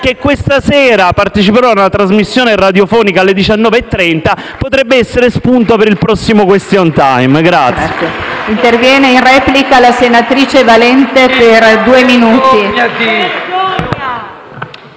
che questa sera parteciperò ad una trasmissione radiofonica alle ore 19,30, che potrebbe essere spunto per il prossimo *question time.*